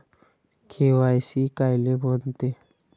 KYC कायले म्हनते?